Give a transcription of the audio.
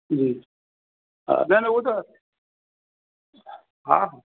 हम्म हा न न उहो त हा हा